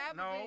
no